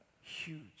huge